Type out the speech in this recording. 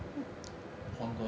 换过